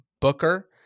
Booker